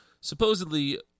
Supposedly